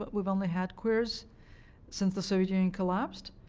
but we've only had queers since the soviet union collapsed.